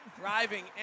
driving